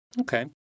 Okay